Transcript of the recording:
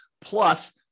plus